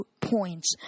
points